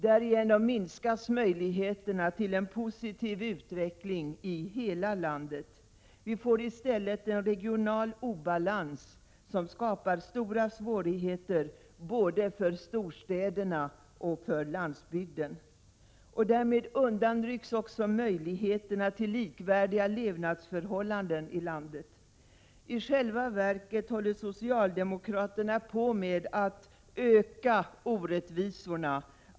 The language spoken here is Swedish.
Därigenom minskas möjligheterna till en positiv utveckling i hela landet. Vi får i stället en regional obalans som skapar stora svårigheter både för storstäderna och för landsbygden. Därmed undanrycks också möjligheterna till likvärdiga levnadsförhållanden i landet. I själva verket håller socialdemokraterna på att öka orättvisorna.